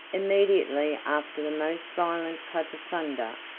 immediately after the most violent clap of thunder,